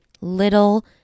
Little